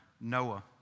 Noah